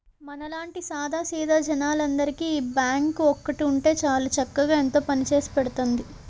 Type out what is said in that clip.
మనలాంటి సాదా సీదా జనాలందరికీ ఈ బాంకు ఒక్కటి ఉంటే చాలు చక్కగా ఎంతో పనిచేసి పెడతాంది